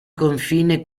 confine